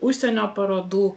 užsienio parodų